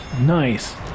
nice